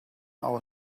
our